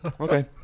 Okay